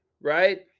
right